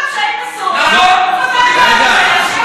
תודה רבה.